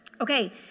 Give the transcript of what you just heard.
Okay